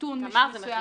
קיטון מסוים של ייצור.